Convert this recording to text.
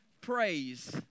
praise